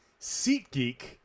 SeatGeek